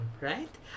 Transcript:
right